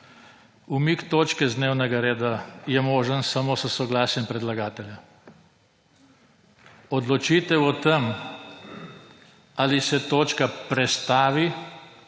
Umik točke z dnevnega reda je možen samo s soglasjem predlagatelja. Odločitev o tem, ali se točka prestavi